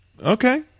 Okay